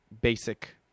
basic